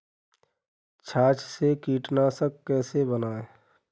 छाछ से कीटनाशक कैसे बनाएँ?